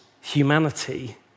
humanity